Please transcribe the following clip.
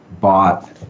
bought